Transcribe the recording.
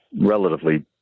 relatively